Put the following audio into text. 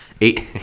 Eight